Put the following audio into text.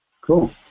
Cool